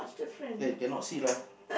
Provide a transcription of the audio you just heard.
eh cannot see lah